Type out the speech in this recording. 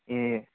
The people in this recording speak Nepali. ए